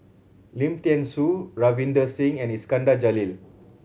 Lim Thean Soo Ravinder Singh and Iskandar Jalil